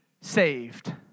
saved